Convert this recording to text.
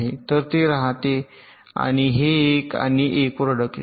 तर हे राहते आणि हे 1 आणि 1 वर अडकले